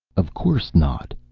of course not,